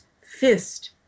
fist